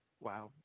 wow